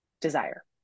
desire